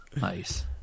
Nice